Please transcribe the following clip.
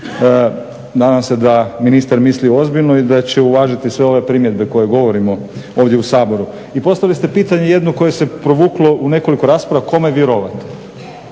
Nadam se da ministar misli ozbiljno i da će uvažiti sve ove primjedbe koje govorimo ovdje u Saboru. I postavili ste pitanje jedno koje se provuklo u nekoliko rasprava kome vjerovati